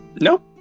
Nope